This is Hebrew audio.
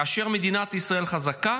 כאשר מדינת ישראל חזקה